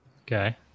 Okay